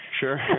sure